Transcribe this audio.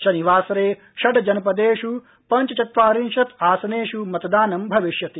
शनिवासरे षड् जनपदेष् पञ्चचत्वारिशत् आसनेष् मतदानं भविष्यति